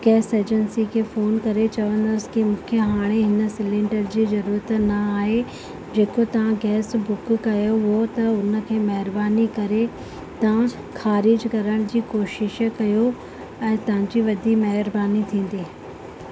gas agency खे phone करे चवंदासि की मूंखे हाणे हिन सिलैंडर जी ज़रूरत न आहे जेको तव्हां गैस बुक कयो हो त हुन खे महिरबानी करे तव्हां ख़ारिजु करण जी कोशिशि कयो ऐं तव्हांजी वॾी महिरबानी थींदी